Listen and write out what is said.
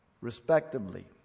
respectively